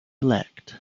elect